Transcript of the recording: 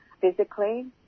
physically